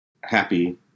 happy